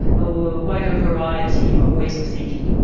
a wider variety of ways of thinking.